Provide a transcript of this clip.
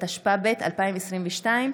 התשפ"ב 2022,